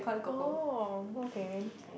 oh okay